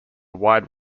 wide